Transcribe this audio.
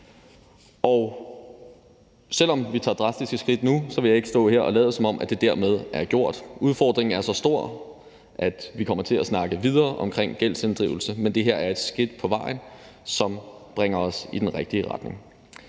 Og selv om vi tager drastiske skridt nu, vil jeg ikke stå her og lade, som om det dermed er gjort. Udfordringen er så stor, at vi kommer til at snakke videre om gældsinddrivelse, men det her er et skridt på vejen, som bringer os i den rigtige retning.